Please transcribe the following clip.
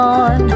on